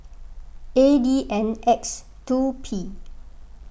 A D N X two P